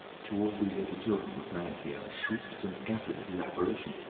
two or three little children were playing here, and shrieked and scattered at his apparition,